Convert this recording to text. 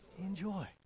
enjoy